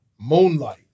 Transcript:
moonlight